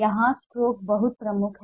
यहाँ स्ट्रोक बहुत प्रमुख हैं